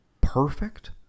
perfect